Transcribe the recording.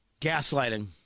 Gaslighting